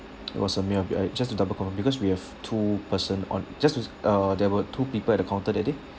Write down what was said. it was a male uh just to double confirm because we have two person on just to uh there were two people at the counter that day